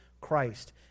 Christ